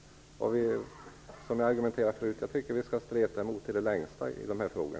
Som jag argumenterade förut: jag tycker vi skall streta emot i det längsta i dessa frågor.